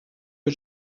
que